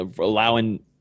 allowing